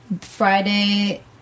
Friday